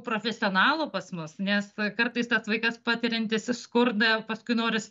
profesionalų pas mus nes kartais tas vaikas patiriantis skurdą paskui noris